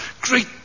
great